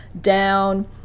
down